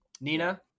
nina